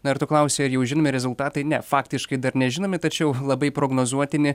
na ir tu klausei ar jau žinomi rezultatai ne faktiškai dar nežinomi tačiau labai prognozuotini